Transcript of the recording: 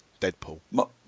Deadpool